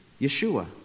Yeshua